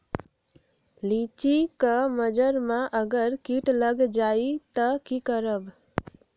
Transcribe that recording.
लिचि क मजर म अगर किट लग जाई त की करब?